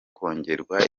kongererwa